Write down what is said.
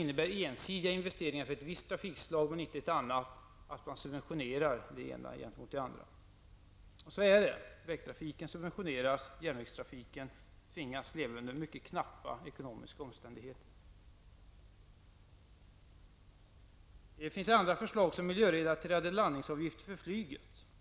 Ensidiga investeringar på ett visst trafikslag innebär dock att man subventionerar det ena trafikslaget gentemot det andra. Så är det. Vägtrafiken subventioneras, och järnvägstrafiken tvingas leva under mycket knappa ekonomiska omständigheter. Det finns även andra förslag, t.ex. miljörelaterade landningsavgifter för flyget.